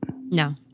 No